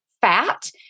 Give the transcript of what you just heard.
fat